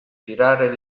tirare